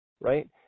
right